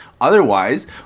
Otherwise